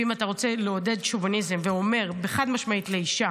ואם אתה רוצה לעודד שוביניזם ואומר חד-משמעית לאישה: